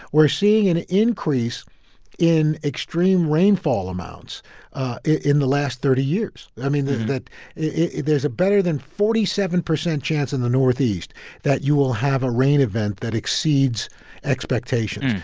we're seeing an increase in extreme rainfall amounts in the last thirty years. i mean, that there's a better than forty seven percent chance in the northeast that you will have a rain event that exceeds expectations.